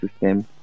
system